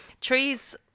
Trees